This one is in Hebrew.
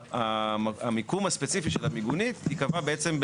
והמיקום הספציפי של המיגונית ייקבע בעצם,